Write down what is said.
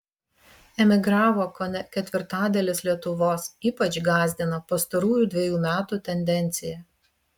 emigravo kone ketvirtadalis lietuvos ypač gąsdina pastarųjų dvejų metų tendencija